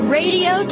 radio